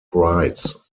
brides